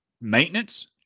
maintenance